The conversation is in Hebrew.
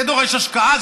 זה דורש השקעה,